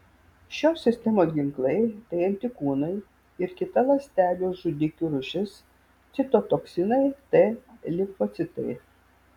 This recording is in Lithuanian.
šios sistemos ginklai tai antikūnai ir kita ląstelių žudikių rūšis citotoksiniai t limfocitai